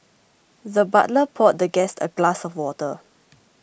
the butler poured the guest a glass of water